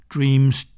Dreams